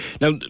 Now